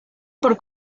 por